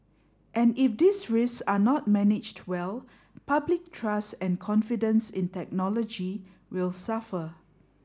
and if these risks are not managed well public trust and confidence in technology will suffer